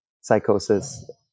psychosis